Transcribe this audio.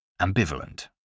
Ambivalent